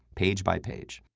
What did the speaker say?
page by page,